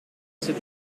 c’est